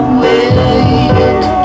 wait